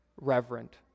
reverent